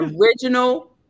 original